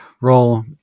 roll